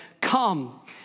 come